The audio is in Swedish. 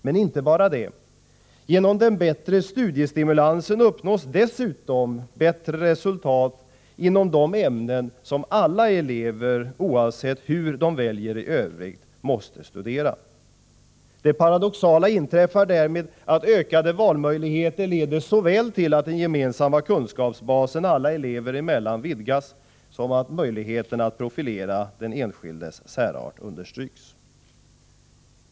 Men inte bara det: Genom den bättre studiestimulansen uppnås dessutom bättre resultat inom de ämnen som alla elever, oavsett hur de väljer i övrigt, måste studera. Därmed inträffar det paradoxala, att ökade valmöjligheter leder såväl till att den gemensamma kunskapsbasen för alla elever vidgas som till att möjligheten att profilera den enskildes särart understryks.